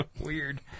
Weird